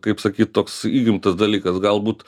kaip sakyt toks įgimtas dalykas galbūt